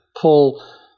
pull